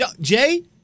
Jay